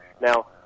Now